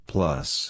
Plus